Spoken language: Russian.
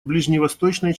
ближневосточной